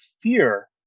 fear